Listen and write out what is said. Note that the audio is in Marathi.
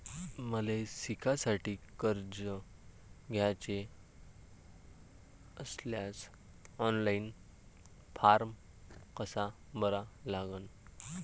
मले शिकासाठी कर्ज घ्याचे असल्यास ऑनलाईन फारम कसा भरा लागन?